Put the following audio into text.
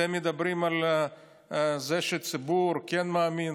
אתם מדברים על זה שהציבור כן מאמין,